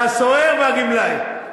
הסוהר והגמלאי.